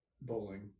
Bowling